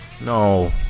No